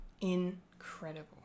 incredible